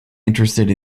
interested